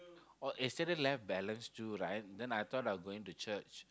oh yesterday left balance two right then I thought I going to church